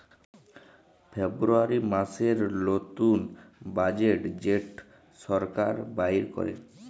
ফেব্রুয়ারী মাসের লতুল বাজেট যেট সরকার বাইর ক্যরে